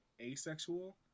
asexual